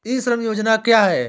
ई श्रम योजना क्या है?